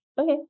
okay